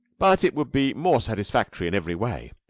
but it would be more satisfactory in every way.